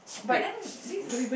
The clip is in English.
but then this is